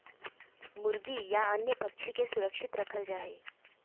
मुर्गी या अन्य पक्षि के सुरक्षित रखल जा हइ